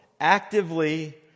actively